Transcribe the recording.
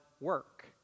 work